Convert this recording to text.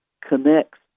connects